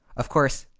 of course,